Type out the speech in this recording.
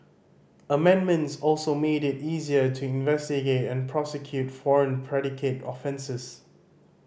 amendments also made it easier to investigate and prosecute foreign predicate offences